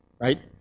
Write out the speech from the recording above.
right